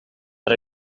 per